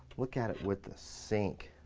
look at it with the sink.